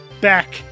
back